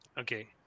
Okay